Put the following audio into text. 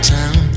town